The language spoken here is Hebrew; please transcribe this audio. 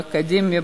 באקדמיה,